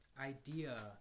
idea